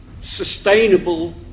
sustainable